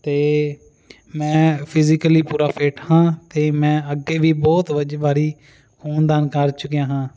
ਅਤੇ ਮੈਂ ਫਿਜ਼ੀਕਲੀ ਪੂਰਾ ਫਿੱਟ ਹਾਂ ਅਤੇ ਮੈਂ ਅੱਗੇ ਵੀ ਬਹੁਤ ਵਜ ਵਾਰੀ ਖੂਨ ਦਾਨ ਕਰ ਚੁੱਕਿਆ ਹਾਂ